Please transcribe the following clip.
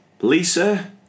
Lisa